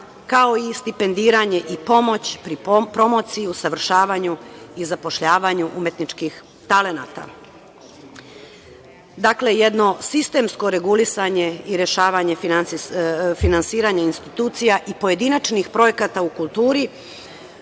kao i stipendiranje i pomoć pri promociji, usavršavanju i zapošljavanju umetničkih talenata. Dakle, jedno sistemsko regulisanje i rešavanje finansiranja institucija i pojedinačnih projekata u kulturi,